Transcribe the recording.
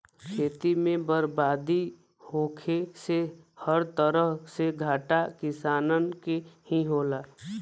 खेती में बरबादी होखे से हर तरफ से घाटा किसानन के ही होला